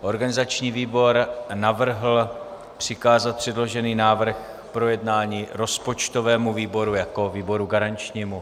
Organizační výbor navrhl přikázat předložený návrh k projednání rozpočtovému výboru jako výboru garančnímu.